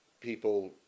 people